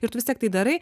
ir tu vis tiek tai darai